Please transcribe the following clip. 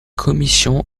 commission